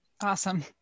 Awesome